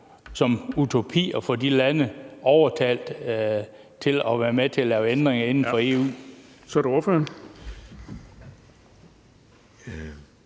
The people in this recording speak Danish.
som en utopi at få de lande overtalt til at være med til at lave ændringer inden for EU?